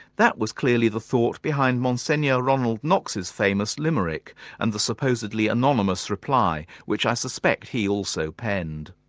that was clearly the thought behind monsignor ronald knox's famous limerick and the supposedly anonymous reply, which i suspect he also penned.